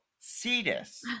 Cetus